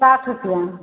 सात रुपया